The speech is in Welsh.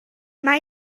mae